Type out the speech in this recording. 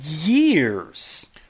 years